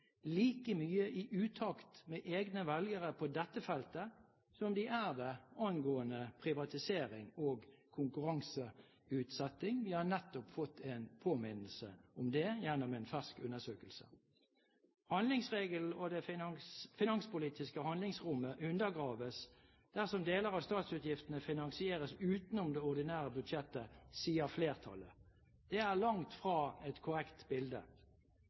like mye i utakt med egne velgere på dette feltet, som de er det angående privatisering og konkurranseutsetting. Vi har nettopp fått en påminnelse om det gjennom en fersk undersøkelse. Handlingsregelen og det finanspolitiske handlingsrommet undergraves dersom deler av statsutgiftene finansieres utenom det ordinære budsjettet, sier flertallet. Det er langt fra et korrekt bilde.